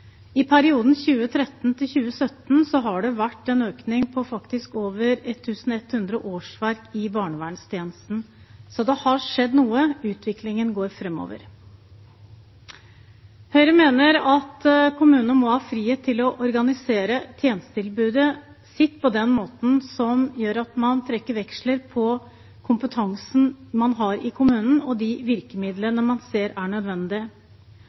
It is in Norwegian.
I perioden 2013–2017 har det faktisk vært en økning på over 1 100 årsverk i barnevernstjenesten, så det har skjedd noe. Utviklingen går framover. Høyre mener at kommunene må ha frihet til å organisere tjenestetilbudet sitt på den måten som gjør at man trekker veksler på kompetansen man har i kommunen, og de virkemidlene man ser er